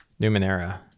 numenera